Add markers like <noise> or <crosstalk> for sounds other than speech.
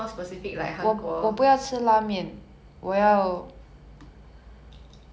<laughs> 你不要 udon